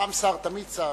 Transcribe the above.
פעם שר תמיד שר,